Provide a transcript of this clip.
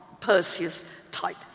Perseus-type